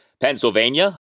Pennsylvania